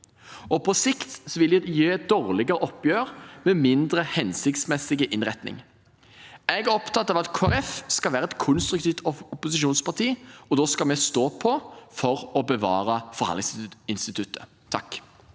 På sikt ville det gi et dårligere oppgjør med mindre hensiktsmessig innretning. Jeg er opptatt av at Kristelig Folkeparti skal være et konstruktivt opposisjonsparti, og da skal vi stå på for å bevare forhandlingsinstituttet.